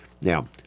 Now